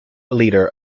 leader